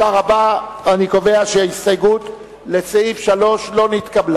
קובע שסעיף 2 נתקבל